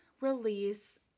release